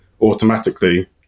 automatically